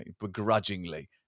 begrudgingly